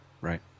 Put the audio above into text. right